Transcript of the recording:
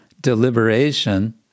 deliberation